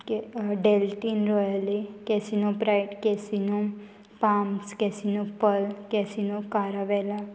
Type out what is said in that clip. Deltin Royale casino Pride casino Palms casino पल casino कारावेला